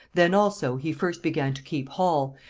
then also he first began to keep hall